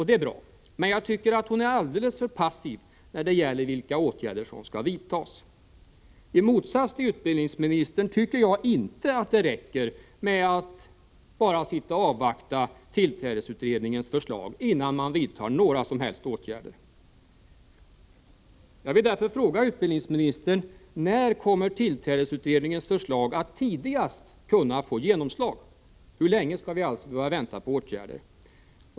Det är bra, men jag tycker att hon är alldeles för passiv när det gäller vilka åtgärder som skall vidtas. I motsats till utbildningsministern tycker jag inte att det räcker med att bara avvakta tillträdesutredningens förslag innan några som helst åtgärder vidtas. Jag vill därför fråga utbildningsministern: När kommer tillträdesutredningens förslag att tidigast kunna få genomslag? Hur länge skall vi behöva vänta på åtgärder?